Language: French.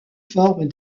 forme